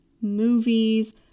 movies